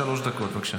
שלוש דקות, בבקשה.